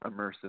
immersive